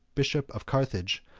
bishop of carthage,